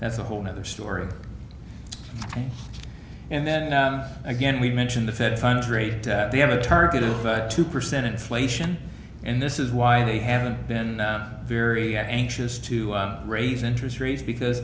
that's a whole nother story and then again we mentioned the fed funds rate they have a target of two percent inflation and this is why they haven't been very anxious to raise interest rates because